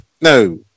No